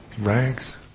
rags